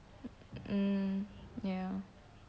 mm ya